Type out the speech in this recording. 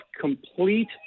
complete